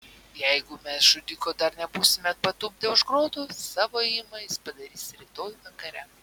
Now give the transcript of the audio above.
jeigu mes žudiko dar nebūsime patupdę už grotų savo ėjimą jis padarys rytoj vakare